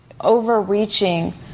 overreaching